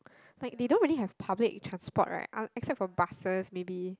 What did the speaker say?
like they don't really have public transport right other except for buses maybe